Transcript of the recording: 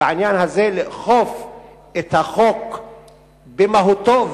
בעניין הזה לאכוף את החוק במהותו,